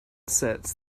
sets